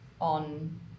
on